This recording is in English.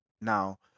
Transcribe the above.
Now